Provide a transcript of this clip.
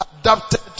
adapted